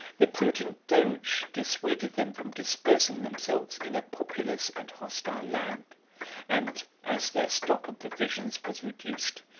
the prudent doge dissuaded them from dispersing themselves in a populous and hostile land and, as their stock of provisions was reduced,